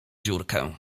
dziurkę